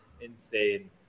insane